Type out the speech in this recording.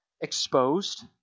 exposed